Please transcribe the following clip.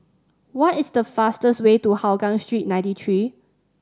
what is the fastest way to Hougang Street Ninety Three